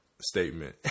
statement